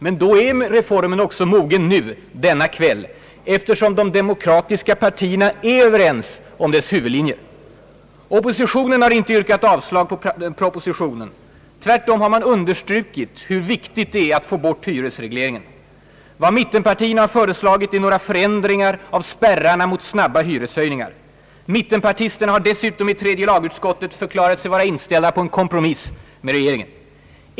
Men då är reformen också mogen nu denna kväll, eftersom de demokratiska partierna är överens om dess huvudlinjer. Oppositionen har ju inte yrkat avslag på propositionen. Tvärtom har man understrukit hur viktigt det är att få bort hyresregleringen. Vad mittenpartierna har föreslagit är några förändringar av spärrarna mot snabba hyreshöjningar. Mittenpartisterna har dessutom i tredje lagutskottet förklarat sig vara inställda på en kompromiss med regeringen.